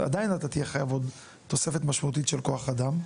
עדיין אתה תהיה חייב עוד תוספת משמעותית של כוח אדם,